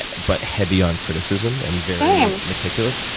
and but heavy on criticism and very same. meticulous.